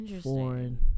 foreign